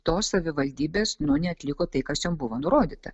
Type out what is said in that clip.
tos savivaldybės nu neatliko tai kas jom buvo nurodyta